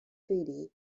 treaty